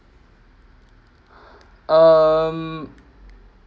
um